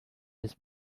his